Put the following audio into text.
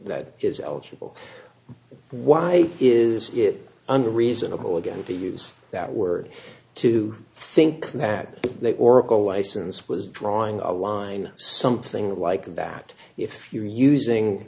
that is eligible why is it unreasonable again to use that word to think that the oracle license was drawing a line something like that if you're using